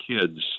kids